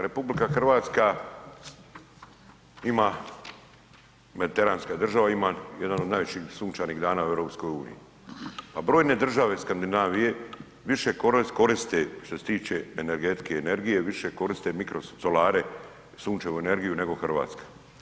RH ima, mediteranska je država, ima jedan od najviših sunčanih dana u EU-u a brojne države Skandinavije više koriste što se tiče energetike i energije, više koriste mikrosolare, Sunčevu energiju nego Hrvatska.